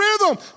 rhythm